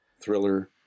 Thriller